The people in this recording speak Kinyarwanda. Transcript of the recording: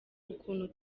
ukuntu